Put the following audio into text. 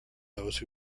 those